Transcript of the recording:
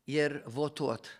ir votuot